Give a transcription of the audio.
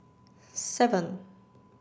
seven